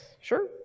Sure